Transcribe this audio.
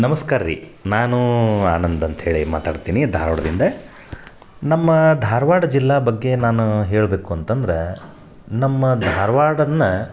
ನಮಸ್ಕಾರ ರಿ ನಾನು ಆನಂದ್ ಅಂತ ಹೇಳಿ ಮಾತಾಡ್ತೀನಿ ಧಾರವಾಡ್ದಿಂದ ನಮ್ಮ ಧಾರವಾಡ ಜಿಲ್ಲೆ ಬಗ್ಗೆ ನಾವು ಹೇಳಬೇಕು ಅಂತಂದ್ರೆ ನಮ್ಮ ಧಾರವಾಡನ್ನ